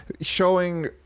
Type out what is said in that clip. showing